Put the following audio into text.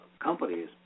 companies